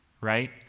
right